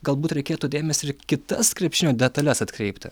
galbūt reikėtų dėmesį ir į kitas krepšinio detales atkreipti